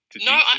No